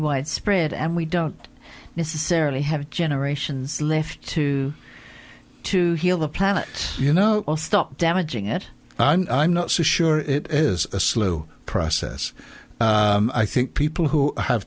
widespread and we don't necessarily have generations left to to heal the planet you know i'll stop damaging it i'm not so sure it is a slow process i think people who have